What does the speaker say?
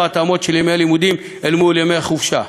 התאמות של ימי הלימודים אל מול ימי חופשה.